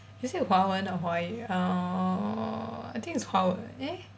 is it 华文 or 华语 uh I think it's 华文 eh